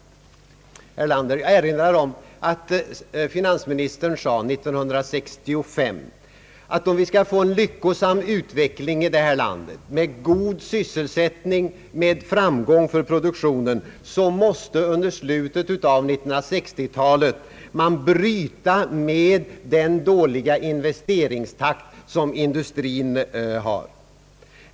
Jag erinrar om att finansministern sade 1965, att om vi skall få en lyckosam utveckling i landet med god sysselsättning och framgång för produktionen, måste man under slutet av 1960 talet »bryta ned den dåliga investeringstakt som industrin har».